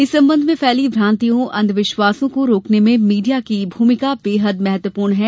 इस संबंध में फैली भ्रांतियों अंधविश्वासों को रोकने में मीडिया की भूमिका बेहद महत्वपूर्ण है